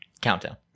countdown